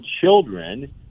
children